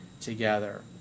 together